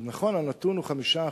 נכון, הנתון הוא 5%,